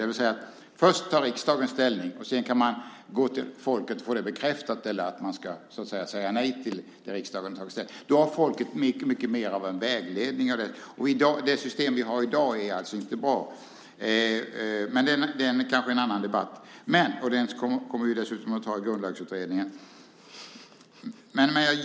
Där tar först riksdagen ställning, och sedan kan man gå till folket som antingen kan bekräfta eller säga nej till riksdagens ställningstagande. Då har folket mycket mer av en vägledande roll. Det system vi har i dag är alltså inte bra. Dock är det kanske en annan debatt, och den kommer vi dessutom att ta i Grundlagsutredningen.